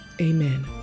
amen